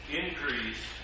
increase